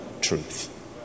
truth